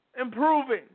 improving